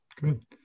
Good